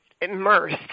immersed